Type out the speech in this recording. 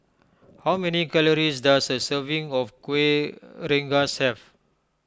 how many calories does a serving of Kuih Rengas have